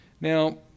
Now